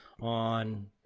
on